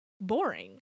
boring